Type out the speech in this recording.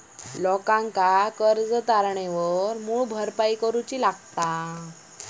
लोकांका कर्ज तारणावर मूळ भरपाई करूची लागता